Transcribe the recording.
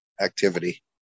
activity